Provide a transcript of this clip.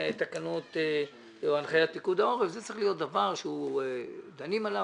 תקנות או הנחיות פיקוד העורף אלא זה צריך להיות דבר שדנים עליו,